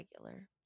regular